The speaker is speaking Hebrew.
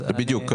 בדיוק.